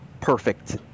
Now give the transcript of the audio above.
perfect